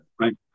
Right